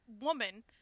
woman